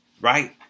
right